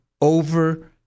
over